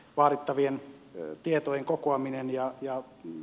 valittavien tietojen kokoaminen ja ja mm